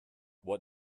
what